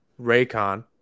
Raycon